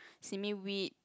simi wheat